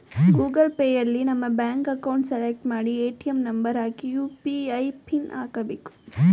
Google ಪೇಯಲ್ಲಿ ನಮ್ಮ bank account select ಮಾಡಿ ಎ.ಟಿ.ಎಂ ನಂಬರ್ ಹಾಕಿ ಯು.ಪಿ.ಐ ಪಿನ್ ಹಾಕ್ಬೇಕು